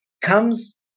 comes